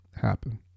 happen